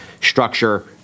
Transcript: structure